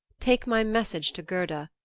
take my message to gerda,